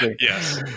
Yes